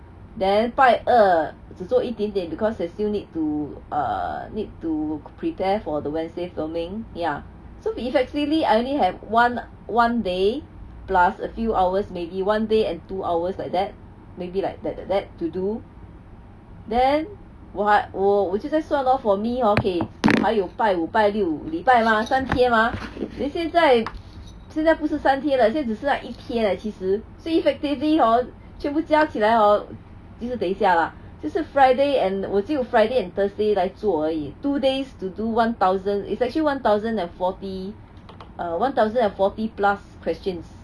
then 拜二只做一点点 because they still need to err need to prepare for the wednesday filming ya so effectively I only have one one day plus a few hours maybe one day and two hours like that maybe like that that to do then 我还我我就在算咯 for me hor okay 还有拜五拜六礼拜啦三天 mah then 现在现在不是三天了现在只剩下一天了其实所以 effectively hor 全部加起来 hor 其实等一下啦就是 friday and 我只有 friday and thursday 来做而已 two days to do one thousand is actually one thousand and forty err one thousand and forty plus questions